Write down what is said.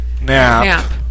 nap